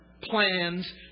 plans